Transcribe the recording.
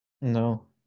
No